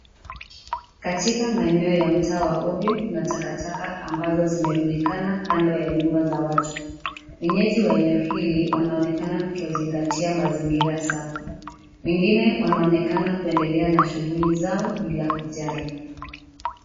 Katika maeneo ya mtaa wa ovyo na takataka ambazo zimerundikana kando ya nyumba za watu. Wenyeji wa eneo hili wanaonekana kutozingatia mazingira safi. Wengine wanaonekana kuendelea na shughuli zao bila kujali.